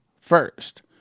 first